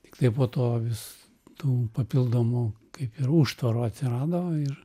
tiktai po to vis tų papildomų kaip ir užtvarų atsirado ir